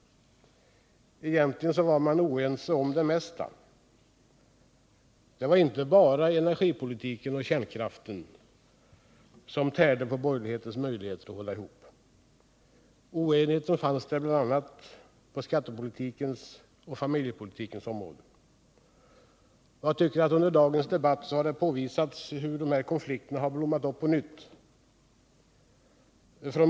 Egentligen var man oense om det mesta. Det var inte bara energipolitiken och kärnkraften som tärde på borgerlighetens möjligheter att hålla ihop. Oenigheten fanns där bl.a. på skattepolitikens och familjepolitikens område. Jag tycker att det under dagens debatt har påvisats hur dessa konflikter blommat upp på nytt.